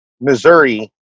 Missouri